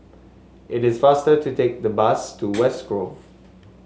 it is faster to take the bus to West Grove